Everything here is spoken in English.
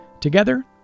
Together